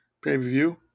pay-per-view